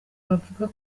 bavuga